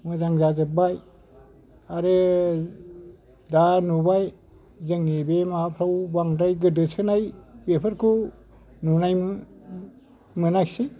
मोजां जाजोबबाय आरो दा नुबाय जोंनि बे माबाफ्राव बांद्राय गोदोसोनाय बेफोरखौ नुनाय मोनाखिसै